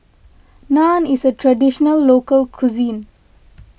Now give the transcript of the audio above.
Naan is a Traditional Local Cuisine